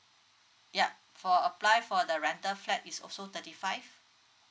yup for apply for the rental flat is also thirty five